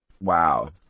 Wow